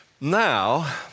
Now